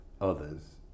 others